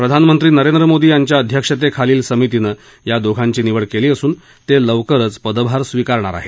प्रधानमंत्री नरेंद्र मोदी यांच्या अध्यक्षतेखालील समितीनं या दोघांची निवड केली असून ते लवकरच पदभार स्वीकारणार आहेत